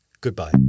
Goodbye